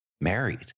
married